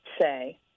say